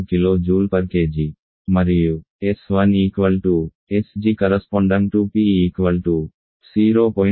15 kJkg మరియు s1 sg|PE 0